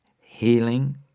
healing